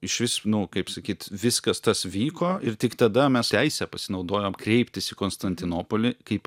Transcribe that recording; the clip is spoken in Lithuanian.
išvis nu kaip sakyt viskas tas vyko ir tik tada mes teise pasinaudojom kreiptis į konstantinopolį kaip